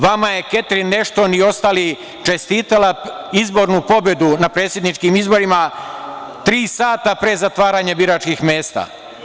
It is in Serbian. Vama su Ketrin Ešton i ostali čestitali izbornu pobedu na predsedničkim izborima tri sata pre zatvaranja biračkih mesta.